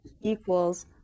equals